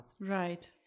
Right